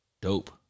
dope